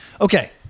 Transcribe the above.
Okay